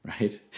right